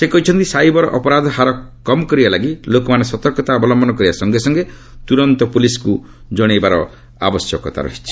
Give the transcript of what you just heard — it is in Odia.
ସେ କହିଛନ୍ତି ସାଇବର ଅପରାଧ ହାର କମ୍ କରିବା ଲାଗି ଲୋକମାନେ ସତର୍କତା ଅବଲମ୍ବନ କରିବା ସଙ୍ଗେ ସଙ୍ଗେ ତ୍ରରନ୍ତ ପ୍ରଲିସ୍କ୍ ଜଣାଇବାର ଆବଶ୍ୟକତା ରହିଛି